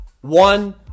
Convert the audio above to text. one